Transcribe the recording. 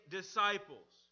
disciples